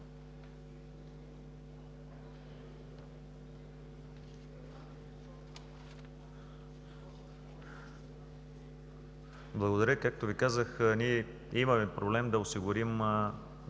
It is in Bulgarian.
Благодаря. Както Ви казах, имаме проблем да осигурим